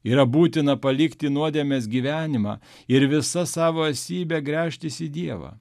yra būtina palikti nuodėmės gyvenimą ir visa savo esybe gręžtis į dievą